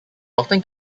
often